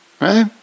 right